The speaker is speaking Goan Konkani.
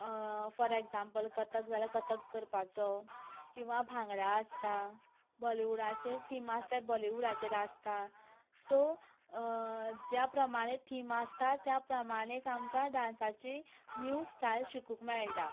फॉर एग्जांपल कथक जाल्यार कथक करपाचो किंवा भांगडा आसता बॉलिवुडाचेच थीम आसल्या बॉलिवुडाचेर आसता सो ज्या प्रमाणे थीम आसता त्या प्रमाणे आमकां डांसाची न्यू स्टायल शिकूंक मेळटा